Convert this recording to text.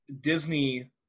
Disney